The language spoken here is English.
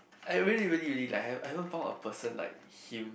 I really really really like I haven't haven't found a person like him